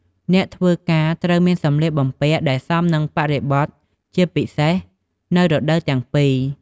អ្នកធ្វើការត្រូវមានសម្លៀកបំពាក់ដែលសមនឹងបរិបទជាពិសេសនៅរដូវទាំងពីរ។